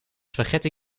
spaghetti